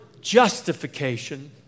justification